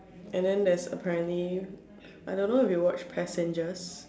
I mean there's apparently I don't know if you watched passengers